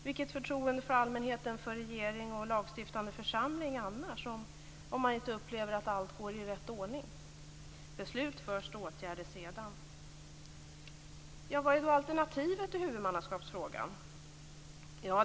Vilket förtroende får allmänheten för regeringen och den lagstiftande församlingen om man inte upplever att allt går i rätt ordning? Beslut först och åtgärder sedan! Vad är då alternativet i huvudmannaskapsfrågan?